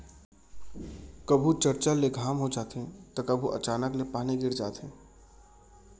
कभू चरचर ले घाम हो जाथे त कभू अचानक ले पानी गिर जाथे